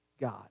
God